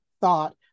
thought